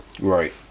Right